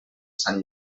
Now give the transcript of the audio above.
sant